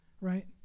right